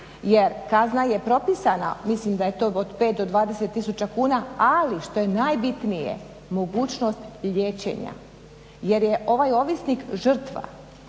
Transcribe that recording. jer kazna je propisana. Mislim da je to od 5-20 tisuća kuna ali što je najbitnije, mogućnost liječenja jer je ovaj ovisnik žrtva.